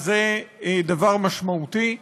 וזה דבר משמעותי.